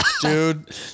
Dude